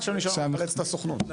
עכשיו נשאר לנו לחלץ את הסוכנות.